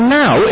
now